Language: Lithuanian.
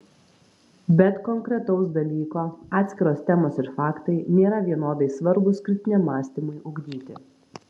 bet konkretaus dalyko atskiros temos ir faktai nėra vienodai svarbūs kritiniam mąstymui ugdyti